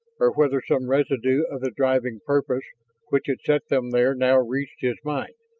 or whether some residue of the driving purpose which had set them there now reached his mind,